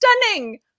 stunning